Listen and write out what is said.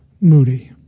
Moody